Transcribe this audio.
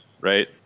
right